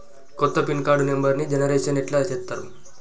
కొత్త pin card నెంబర్ని generation ఎట్లా చేత్తరు?